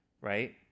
right